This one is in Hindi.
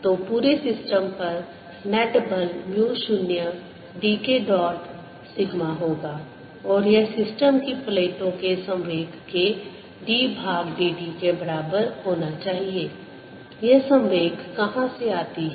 तो पूरे सिस्टम पर नेट बल mu 0 d K dot sigma होगा और यह सिस्टम की प्लेटों के संवेग के d भाग d t के बराबर होना चाहिए यह संवेग कहां से आती है